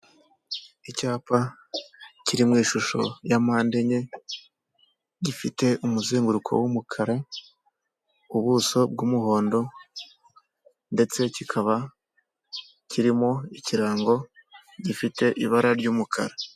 Icyapa kiri mu ishusho ya mpande enye, gifite umuzenguruko w'umukara, ubuso bw'umuhondo ndetse kikaba kirimo ikirango gifite ibara ry'umukara.